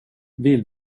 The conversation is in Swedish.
vill